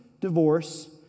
divorce